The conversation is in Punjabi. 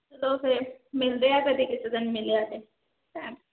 ਚਲੋ ਫਿਰ ਮਿਲਦੇ ਹਾਂ ਕਦੇ ਕਿਸੇ ਦਿਨ ਮਿਲਿਆ ਤਾਂ ਟੈਮ